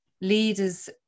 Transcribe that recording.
leaders